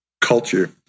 culture